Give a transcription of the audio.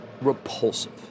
repulsive